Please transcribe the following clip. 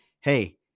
hey